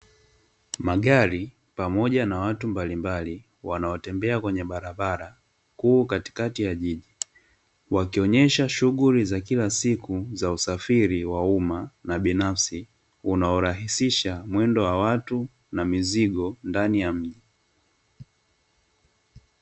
Magari pamoja na watu mbalimbali wanaotembea kwenye barabara kuu katikati ya jiji, wakionyesha shughuli za kila siku za usafiri wa umma na binafsi unaorahisisha mwendo wa watu na mizigo ndani ya mji.